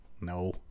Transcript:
no